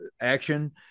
action